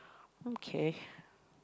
okay